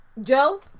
Joe